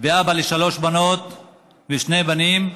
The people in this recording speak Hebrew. ואבא לשלוש בנות ושני בנים,